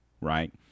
right